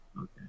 Okay